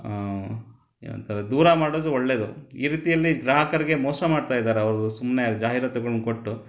ಏನು ಅಂತಾರೆ ದೂರ ಮಾಡದು ಒಳ್ಳೆಯದು ಈ ರೀತಿಯಲ್ಲಿ ಗ್ರಾಹಕರಿಗೆ ಮೋಸ ಮಾಡ್ತಾ ಇದಾರೆ ಅವರು ಸುಮ್ಮನೆ ಜಾಹಿರಾತುಗಳನ್ನು ಕೊಟ್ಟು